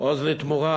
"עוז לתמורה".